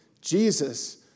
Jesus